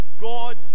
God